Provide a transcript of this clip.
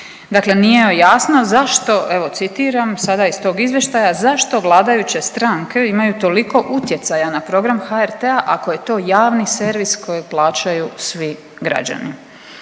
dakle nije joj jasno zašto evo citiram sada iz tog izvještaja, zašto vladajuće stranke imaju toliko utjecaja na program HRT-a ako je to javni servis kojeg plaćaju svi građani.